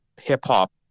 hip-hop